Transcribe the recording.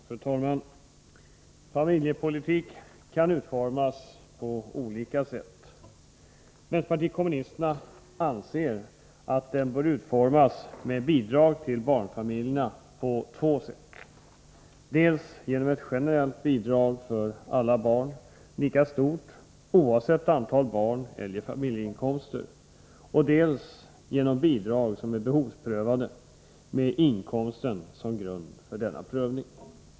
Fru talman! Familjepolitik kan utformas på olika sätt. Vänsterpartiet kommunisterna anser att den bör utformas med bidrag till barnfamiljerna på två sätt — dels genom ett generellt bidrag för alla barn, lika stort oavsett antal barn eller familjeinkomster, dels genom bidrag som är behovsprövade med inkomsten som grund för denna prövning.